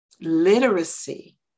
literacy